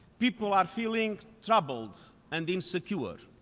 people are feeling troubled and insecure.